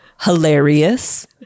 Hilarious